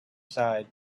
side